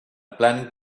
planning